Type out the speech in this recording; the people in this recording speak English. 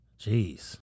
Jeez